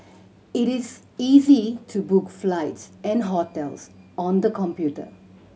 it is easy to book flights and hotels on the computer